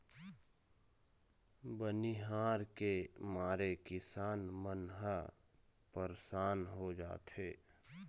बनिहार के मारे किसान मन ह परसान हो जाथें